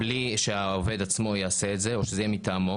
בלי שהעובד עצמו יעשה את זה או שזה יהיה מטעמו,